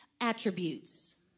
attributes